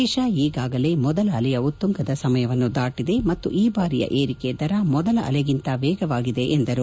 ದೇಶ ಈಗಾಗಲೇ ಮೊದಲ ಅಲೆಯ ಉತ್ತುಂಗದ ಸಮಯವನ್ನು ದಾಟಿದೆ ಮತ್ತು ಈ ಬಾರಿಯ ಏರಿಕೆ ದರ ಮೊದಲ ಅಲೆಗಿಂತ ವೇಗವಾಗಿದೆ ಎಂದರು